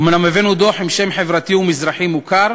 אומנם הבאנו דוח עם שם חברתי ומזרחי מוכר,